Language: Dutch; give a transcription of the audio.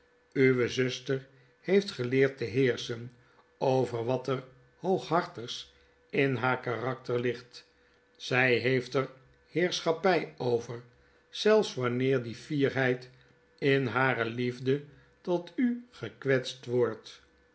uwe zuster heeft geleerd te heerschen over wat er hooghartigs in haar karakter ligt zy heeft er heerschappy over zelfs wanneer die fierheid in hare liefde tot u gekwetst wordt